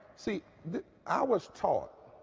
see, i was taught